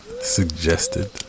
suggested